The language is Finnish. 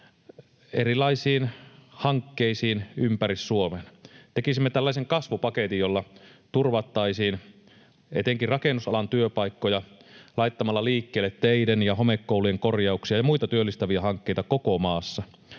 erilaisiin hankkeisiin ympäri Suomen. Tekisimme tällaisen kasvupaketin, jolla turvattaisiin etenkin rakennusalan työpaikkoja laittamalla liikkeelle teiden ja homekoulujen korjauksia ja muita työllistäviä hankkeita koko maassa.